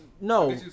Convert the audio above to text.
No